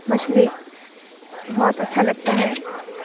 مچھلی بہت اچھا لگتا ہے